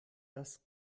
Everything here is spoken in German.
das